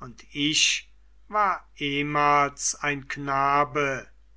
und ich war ehmals ein knabe